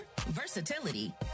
versatility